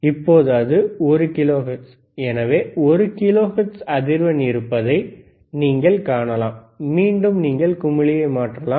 இப்போது அது 1 கிலோஹெர்ட்ஸ் எனவே ஒரு கிலோஹெர்ட்ஸ் அதிர்வெண் இருப்பதை நீங்கள் காணலாம் மீண்டும் நீங்கள் குமிழியை மாற்றலாம்